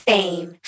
Fame